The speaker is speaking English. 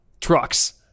trucks